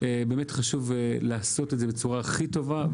ובאמת חשוב לעשות את זה בצורה הכי טובה,